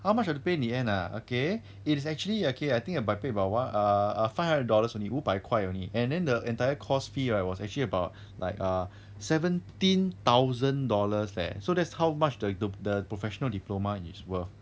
how much I have to pay in the end ah okay it is actually err okay I think I paid about one err five hundred dollars only 五百块 only and then the entire course fee right was actually about like err seventeen thousand dollars leh so that's how much the the the professional diploma is worth